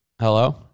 Hello